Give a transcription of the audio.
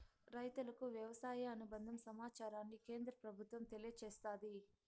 రైతులకు వ్యవసాయ అనుబంద సమాచారాన్ని కేంద్ర ప్రభుత్వం తెలియచేస్తాది